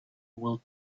will